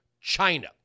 China